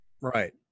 right